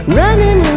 running